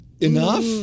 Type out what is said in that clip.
Enough